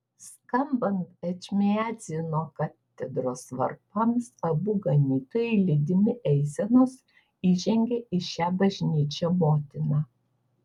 skambant ečmiadzino katedros varpams abu ganytojai lydimi eisenos įžengė į šią bažnyčią motiną